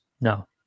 no